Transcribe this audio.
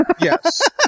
Yes